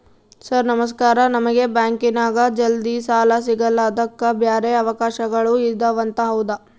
Sir ನಮಸ್ಕಾರ ನಮಗೆ ಬ್ಯಾಂಕಿನ್ಯಾಗ ಜಲ್ದಿ ಸಾಲ ಸಿಗಲ್ಲ ಅದಕ್ಕ ಬ್ಯಾರೆ ಅವಕಾಶಗಳು ಇದವಂತ ಹೌದಾ?